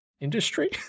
industry